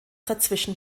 dazwischen